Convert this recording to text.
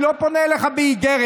אני לא פונה אליך באיגרת,